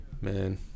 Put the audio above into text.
Man